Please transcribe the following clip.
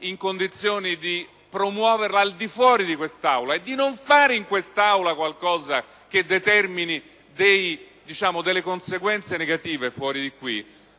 in condizioni di promuoverle al di fuori di quest'Aula e di non fare qualcosa che determini conseguenze negative al di fuori